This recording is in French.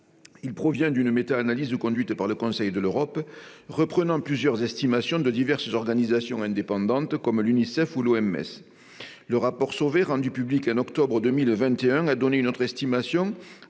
Il provient d'une méta-analyse conduite par le Conseil de l'Europe, reprenant plusieurs estimations de diverses organisations indépendantes, comme l'Unicef ou l'OMS. Le rapport Sauvé, rendu public en octobre 2021, a donné une autre estimation,